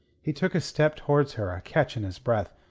he took a step towards her, a catch in his breath,